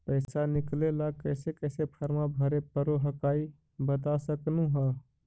पैसा निकले ला कैसे कैसे फॉर्मा भरे परो हकाई बता सकनुह?